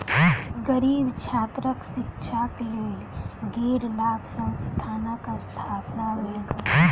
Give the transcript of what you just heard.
गरीब छात्रक शिक्षाक लेल गैर लाभ संस्थानक स्थापना भेल